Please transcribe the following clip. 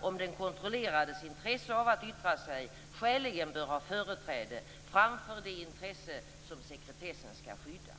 om den kontrollerades intresse av att yttra sig skäligen bör ha företräde framför det intresse som sekretessen skall skydda.